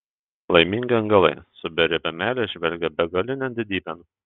laimingi angelai su beribe meile žvelgią begalinėn didybėn